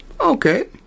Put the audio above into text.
okay